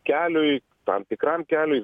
keliui tam tikram keliui